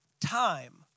time